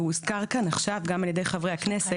והוא הוזכר כאן עכשיו גם על ידי חברי הכנסת,